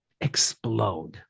explode